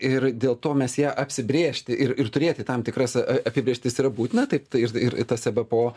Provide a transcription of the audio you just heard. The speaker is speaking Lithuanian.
ir dėl to mes ją apsibrėžti ir ir turėti tam tikras apibrėžtis yra būtina taip ir ir tas ebpo